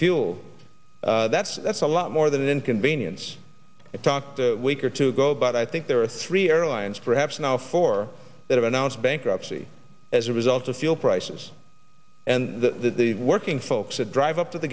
fuel that's that's a lot more than inconvenience a talk week or two ago but i think there are three airlines perhaps now for that are announced bankruptcy as a result of fuel prices and the working folks that drive up to the